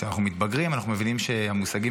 כשאנחנו מתבגרים אנחנו מבינים שהמושגים